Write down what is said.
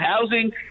housing